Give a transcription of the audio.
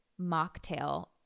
mocktail